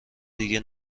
دیگه